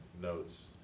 notes